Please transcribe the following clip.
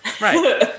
Right